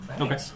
Okay